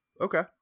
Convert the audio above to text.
okay